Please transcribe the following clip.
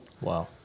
Wow